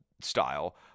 style